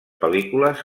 pel·lícules